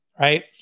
right